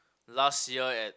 last year at